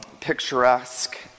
picturesque